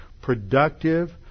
productive